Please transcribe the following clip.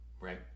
Right